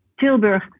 tilburg